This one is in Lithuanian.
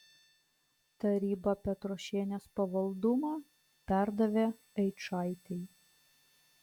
taryba petrošienės pavaldumą perdavė eičaitei